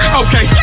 okay